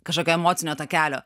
kažkokio emocinio takelio